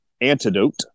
antidote